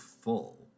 full